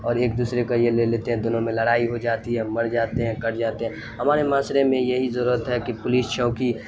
اور ایک دوسرے کا یہ لے لیتے ہیں دونوں میں لڑائی ہو جاتی ہے مر جاتے ہیں کٹ جاتے ہیں ہمارے معاسرے میں یہی ضرورت ہے کہ پولیس چوکی